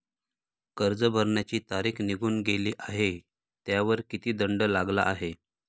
कर्ज भरण्याची तारीख निघून गेली आहे त्यावर किती दंड लागला आहे?